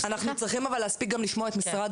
בוא נגיד שילד נולד אבל פה אפשר למנוע את זה מראש.